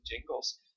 jingles